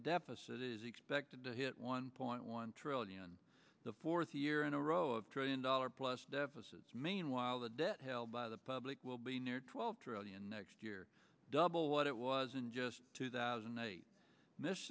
deficit is expected to hit one point one trillion the fourth year in a row of trillion dollar plus deficits meanwhile the debt held by the public will be near twelve trillion next year double what it was in just two thousand and eight m